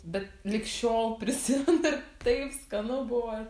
bet lig šiol prisimenu ir taip skanu buvo ir